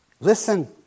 Listen